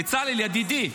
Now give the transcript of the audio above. בצלאל, ידידי,